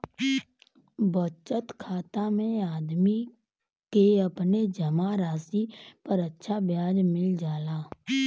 बचत खाता में आदमी के अपने जमा राशि पर अच्छा ब्याज मिल जाला